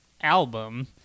album